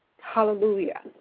Hallelujah